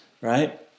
right